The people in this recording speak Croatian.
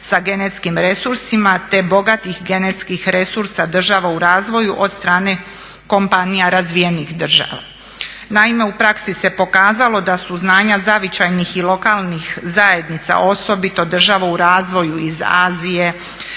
sa genetskim resursima te bogatih genetskih resursa država u razvoju od strane kompanija razvijenih država. Naime, u praksi se pokazalo da su znanja zavičajnih i lokalnih zajednica, osobito država u razvoju iz Azije,